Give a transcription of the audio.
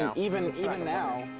and even even now,